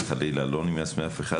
לא, חס וחלילה, לא נמאס מאף אחד.